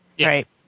Right